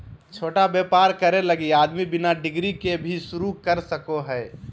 छोटा व्यापर करे लगी आदमी बिना डिग्री के भी शरू कर सको हइ